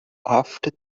after